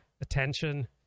attention